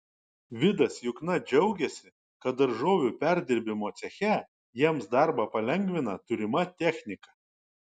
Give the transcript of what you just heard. vidas jukna džiaugiasi kad daržovių perdirbimo ceche jiems darbą palengvina turima technika